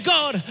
God